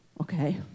Okay